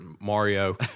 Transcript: Mario